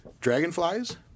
dragonflies